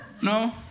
No